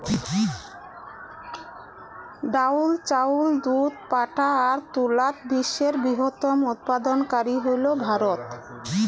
ডাইল, চাউল, দুধ, পাটা আর তুলাত বিশ্বের বৃহত্তম উৎপাদনকারী হইল ভারত